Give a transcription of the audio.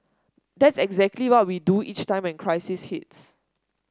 that's exactly what we do each time when crisis hits